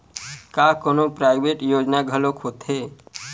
का कोनो प्राइवेट योजना घलोक होथे?